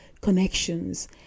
connections